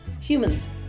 humans